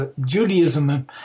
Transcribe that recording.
Judaism